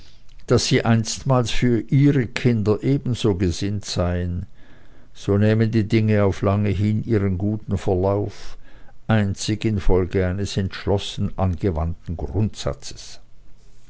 daß sie einstmals für ihre kinder ebenso gesinnt seien so nähmen die dinge auf lange hin ihren guten verlauf einzig infolge eines entschlossen angewandten grundsatzes